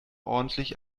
ordentlich